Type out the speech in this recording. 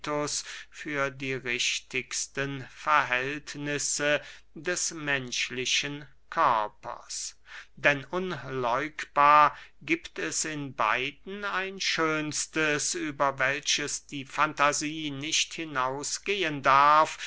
für die richtigsten verhältnisse des menschlichen körpers denn unleugbar giebt es in beiden ein schönstes über welches die fantasie nicht hinausgehen darf